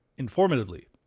informatively